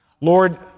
Lord